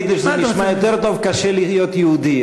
ביידיש זה נשמע יותר טוב: קשה להיות יהודי.